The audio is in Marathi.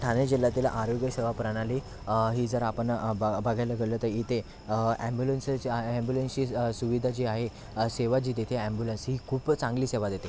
ठाने जिल्ह्यातील आरोग्य सेवा प्रणाली ही जर आपण ब बघायला गेलो तर इथे ॲम्बुलन्सची ॲम्बुलन्सची सुविधा जी आहे सेवा जी देते ॲम्बुलन्स ही खूप चांगली सेवा देते